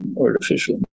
artificial